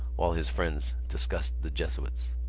while his friends discussed the jesuits.